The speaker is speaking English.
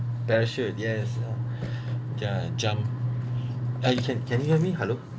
parachute yes ya jump ah you can can you hear me hello